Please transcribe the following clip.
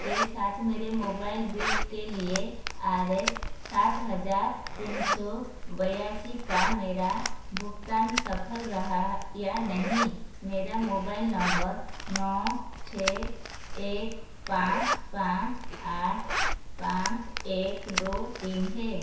के साथ मेरे मोबाइल बिल के लिए आर एस सात हज़ार तीन सौ बयासी का मेरा भुगतान सफल रहा या नहीं मेरा मोबाइल नंबर नौ छः एक पाँच पाँच आठ पाँच एक दो तीन है